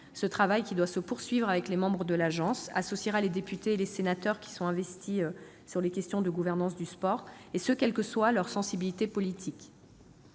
Ce travail, qui doit se poursuivre avec les membres de l'Agence, associera les députés et sénateurs qui sont investis sur les questions de gouvernance du sport, et ce quelles que soient leurs sensibilités politiques.